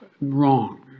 wrong